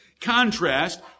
contrast